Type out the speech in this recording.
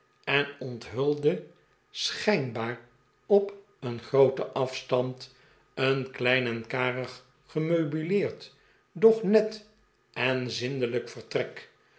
en onthulde schijnbaar op een grooten afstand een klein en karig gemeubileerd doch net en zindelijk vertrek